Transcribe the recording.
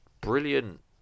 brilliant